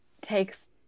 takes